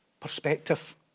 perspective